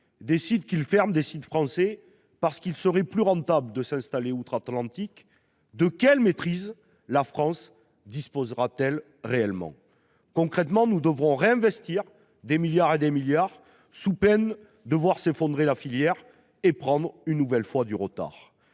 décide de fermer des sites français au motif qu'il serait plus rentable de s'installer outre-Atlantique, de quelle maîtrise la France disposera-t-elle ? Concrètement, nous devrons réinvestir des milliards et des milliards d'euros sous peine de voir s'effondrer la filière et prendre une nouvelle fois du retard.